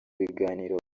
biganiro